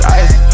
ice